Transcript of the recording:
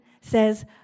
says